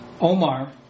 Omar